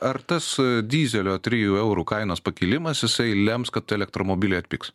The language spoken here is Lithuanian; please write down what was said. ar tas dyzelio trijų eurų kainos pakilimas jisai lems kad elektromobiliai atpigs